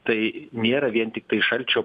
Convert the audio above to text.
tai nėra vien tiktai šalčio